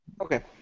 Okay